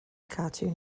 cartoon